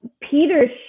Peter's